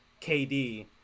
KD